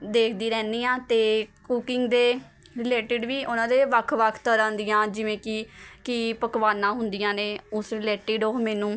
ਦੇਖਦੀ ਰਹਿੰਦੀ ਹਾਂ ਅਤੇ ਕੂਕਿੰਗ ਦੇ ਰਿਲੇਟਿਡ ਵੀ ਉਹਨਾਂ ਦੇ ਵੱਖ ਵੱਖ ਤਰ੍ਹਾਂ ਦੀਆਂ ਜਿਵੇਂ ਕਿ ਕੀ ਪਕਵਾਨਾਂ ਹੁੰਦੀਆਂ ਨੇ ਉਸ ਰਿਲੇਟਿਡ ਉਹ ਮੈਨੂੰ